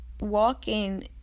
walking